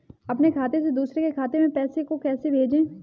अपने खाते से दूसरे के खाते में पैसे को कैसे भेजे?